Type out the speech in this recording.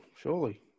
surely